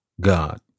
God